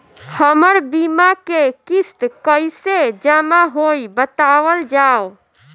हमर बीमा के किस्त कइसे जमा होई बतावल जाओ?